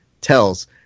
tells